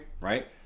right